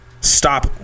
stop